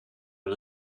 een